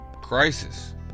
crisis